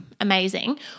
amazing